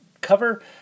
cover